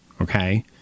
Okay